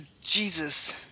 Jesus